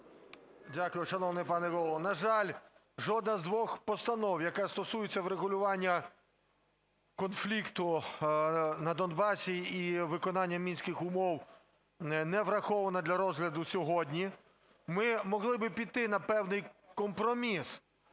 Дякую, шановний пане Голово. На жаль, жодна з двох постанов, яка стосується врегулювання конфлікту на Донбасі і виконання Мінських умов, не врахована для розгляду сьогодні. Ми могли би піти на певний компроміс